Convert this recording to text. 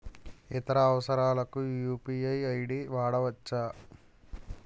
ఇతర అవసరాలకు UPI ID వాడవచ్చా?